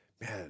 man